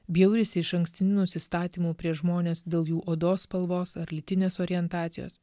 bjaurisi išankstiniu nusistatymu prieš žmones dėl jų odos spalvos ar lytinės orientacijos